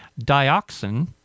dioxin